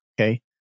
Okay